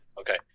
Okay